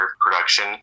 production